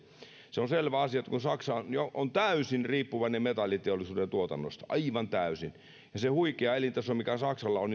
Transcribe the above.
se on selvä asia että kun saksa on jo täysin riippuvainen metalliteollisuuden tuotannosta aivan täysin niin se huikea elintaso mikä saksalla on